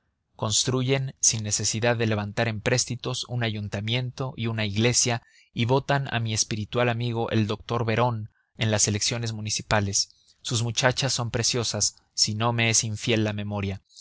construyen sin necesidad de levantar empréstitos un ayuntamiento y una iglesia y votan a mi espiritual amigo el doctor veron en las elecciones municipales sus muchachas son preciosas si no me es infiel la memoria